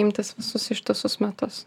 imtis visus ištisus metus